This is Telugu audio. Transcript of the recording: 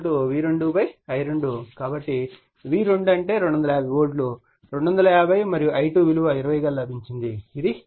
కాబట్టి V2 అంటే 250 వోల్ట్ ఇవ్వబడింది 250 మరియు I2 విలువ 20 గా లభించింది ఇది 12